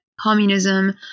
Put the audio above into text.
communism